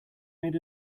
made